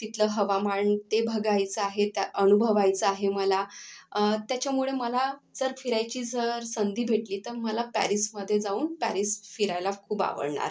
तिथलं हवामान ते बघायचं आहे त्या अनुभवायचं आहे मला त्याच्यामुळे मला जर फिरायची जर संधी भेटली तर मला पॅरिसमध्ये जाऊन पॅरिस फिरायला खूप आवडणार